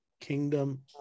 kingdom